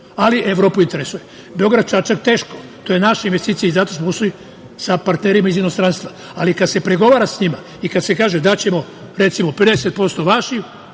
ali Evropu to interesuje. Beograd-Čačak, teško. To je naša investicija i zato smo ušli sa partnerima iz inostranstva. Ali, kada se pregovara sa njima i kada se kaže – daćemo, recimo, 50% vašim